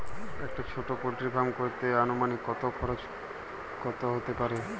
একটা ছোটো poultry farm করতে আনুমানিক কত খরচ কত হতে পারে?